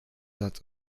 satz